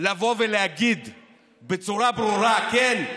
לבוא ולהגיד בצורה ברורה: כן,